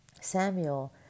Samuel